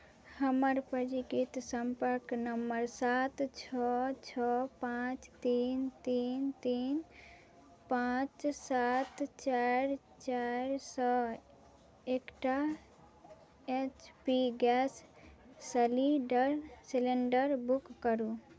हमर पञ्जीकृत सम्पर्क नम्बर सात छओ छओ पाँच तीन तीन तीन पाँच सात चारि चारि सओ एकटा एच पी गैस सलिडर सिलेंडर बुक करू